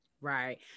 Right